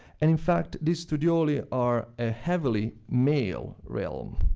and, in fact, these studioli are a heavily male realm.